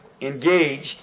engaged